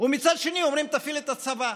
ומצד שני אומרים: תפעיל את הצבא?